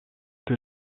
que